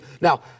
Now